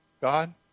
God